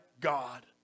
God